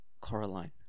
Coraline